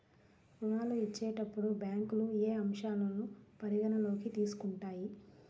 ఋణాలు ఇచ్చేటప్పుడు బ్యాంకులు ఏ అంశాలను పరిగణలోకి తీసుకుంటాయి?